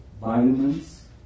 vitamins